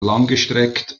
langgestreckt